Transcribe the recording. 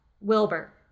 Wilbur